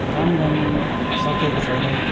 काम गर्नु सकेको छैन